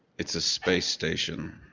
it's a space station.